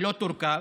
ולא תורכב,